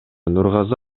нургазы